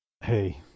hey